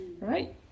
right